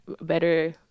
better